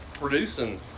producing